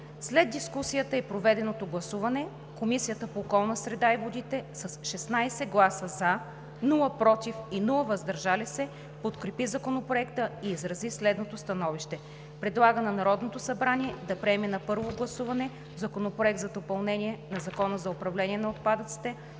След дискусията и проведеното гласуване Комисията по околната среда и водите с 16 гласа „за“, без „против“ и „въздържал се“ подкрепи Законопроекта и изрази следното становище: предлага на Народното събрание да приеме на първо гласуване Законопроект за допълнение на Закона за управление на отпадъците,